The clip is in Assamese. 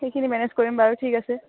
সেইখিনি মেনেজ কৰিম বাৰু ঠিক আছে